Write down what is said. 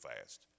fast